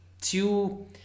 two